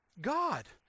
God